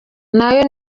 nayo